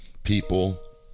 People